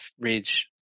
Ridge